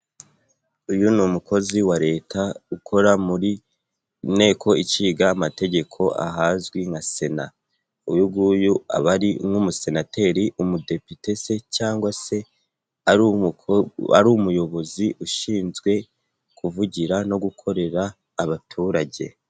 Uyu ni umukozi wa leta ukora mu nteko ishinga amategeko ahazwi na Sena, uyu nguyu aba ari nk'umusenateri umudepite se cyangwa se ari umukobwa ari umuyobozi ushinzwe kuvugira no gukorera abaturage.